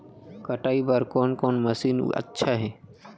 कटाई बर कोन कोन मशीन अच्छा हे?